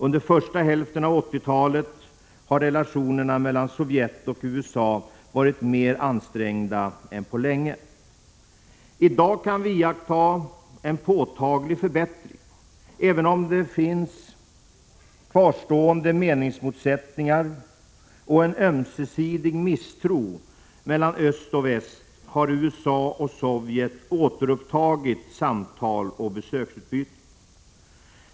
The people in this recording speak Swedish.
Under första hälften av 1980-talet har relationerna mellan Sovjet och USA varit mer ansträngda än på länge. I dag kan vi iaktta en påtaglig förbättring. Även om det finns kvarstående meningsmotsättningar och en ömsesidig misstro mellan öst och väst, har USA och Sovjet återupptagit samtal och besöksutbyte.